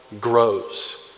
grows